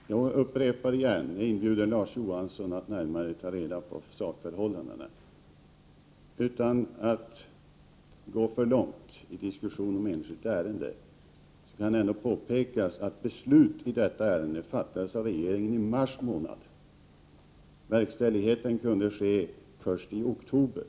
Herr talman! Jag upprepar: Jag inbjuder Larz Johansson att närmare ta reda på sakförhållandena. Utan att gå för långt i diskussionen om ett enskilt ärende kan jag ändå påpeka att beslut i detta ärende fattades av regeringen i mars månad. Verkställighet kunde ske först i oktober.